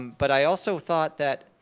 but i also thought that,